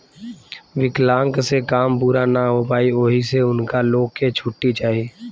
विकलांक से काम पूरा ना हो पाई ओहि से उनका लो के छुट्टी चाही